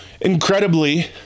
Incredibly